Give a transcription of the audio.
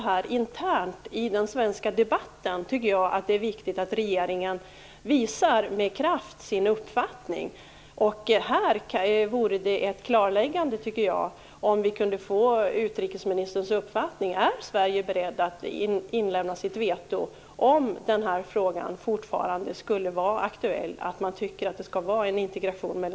Men internt i den svenska debatten tycker jag att det är viktigt att regeringen med kraft visar sin uppfattning. Här vore det bra med ett klarläggande kring utrikesministerns uppfattning. Är Sverige berett att inlämna sitt veto om frågan om en integration mellan EU och VEU fortsatt skulle vara aktuell?